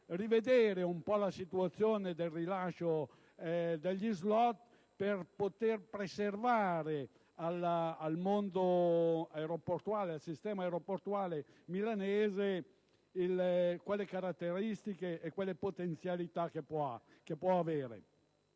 rivedere un po' la situazione del rilascio degli *slot* per preservare al sistema aeroportuale milanese quelle caratteristiche e potenzialità che può avere.